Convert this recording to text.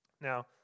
Now